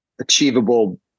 achievable